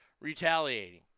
Retaliating